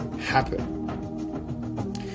happen